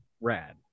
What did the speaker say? rad